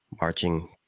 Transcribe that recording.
marching